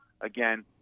Again